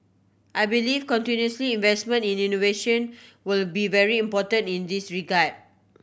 I believe continuous investment in innovation will be very important in this regard